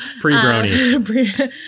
Pre-bronies